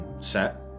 set